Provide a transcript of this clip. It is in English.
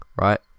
right